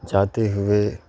جاتے ہوئے